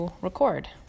record